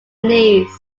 niece